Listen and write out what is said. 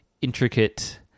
intricate